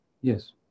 Yes